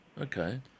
Okay